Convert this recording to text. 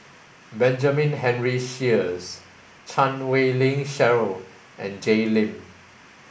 Benjamin Henry Sheares Chan Wei Ling Cheryl and Jay Lim